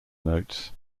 notes